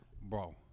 bro